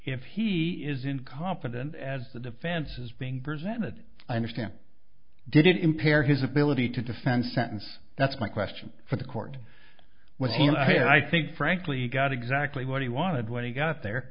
if he is incompetent as the defense is being presented i understand did impair his ability to defend sentence that's my question for the court what he and i think frankly got exactly what he wanted when he got the